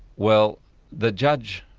well the judge,